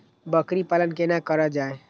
बकरी पालन केना कर जाय?